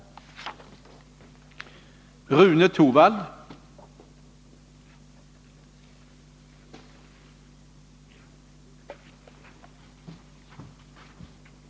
att förhindra icke seriösa fastighetsförvärv